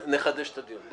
12:15)